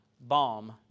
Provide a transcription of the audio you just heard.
Bomb